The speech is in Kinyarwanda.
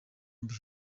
mbi